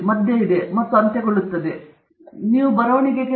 ನಿಮ್ಮ ಬರವಣಿಗೆಯನ್ನು ಉತ್ತಮಗೊಳಿಸುವುದು ಯಾವುದು ಹೊರತುಪಡಿಸಿರುವುದು ನಿಮ್ಮ ನಿಕಟತೆ